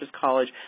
College